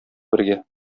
бергә